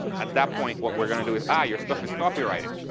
at that point what we're going to do is, ah. your stuff is copyrighted.